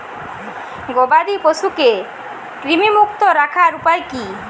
গবাদি পশুকে কৃমিমুক্ত রাখার উপায় কী?